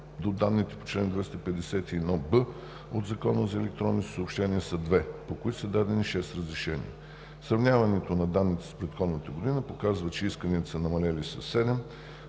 до данните по чл. 251б от Закона за електронните съобщения са 2, по които са дадени 6 разрешения. Сравняването на данните с предходната година показва, че исканията са намалели със 7,